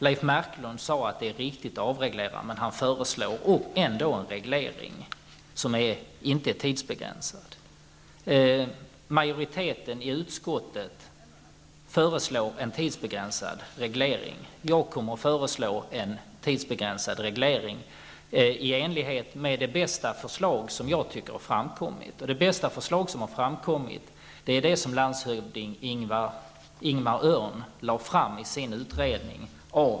Leif Marklund sade också att det är riktigt att avreglera, men han föreslog ändå en reglering som inte är tidsbegränsad. Majoriteten i utskottet föreslår en tidsbegränsad reglering. Jag kommer att föreslå en tidsbegränsad reglering i enlighet med det bästa förslag som har framkommit. Ingemar Öhrn i hans utredning.